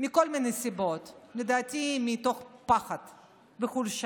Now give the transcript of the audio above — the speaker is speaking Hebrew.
מכל מיני סיבות, לדעתי מתוך פחד וחולשה,